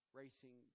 racing